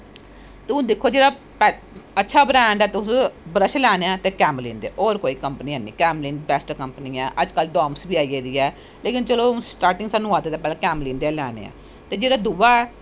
ते हून दिक्खो जेह्ड़ा अच्छा ब्रैंड़ ऐ तुसें ब्रश लैना ऐ तां कैमलीन दे होर कोई है नी कैमलीन बैस्ट कंपनी ऐ अज्ज कल डाम्स बी आई गेदी ऐ ते चलो स्टार्टिंग दी असेंगी आदत ऐ कैमलीन दे गै लैनें ते जेह्ड़ा दूआ ऐ